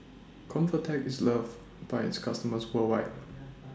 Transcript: Convatec IS loved By its customers worldwide